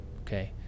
Okay